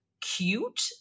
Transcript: cute